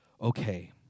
okay